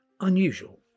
unusual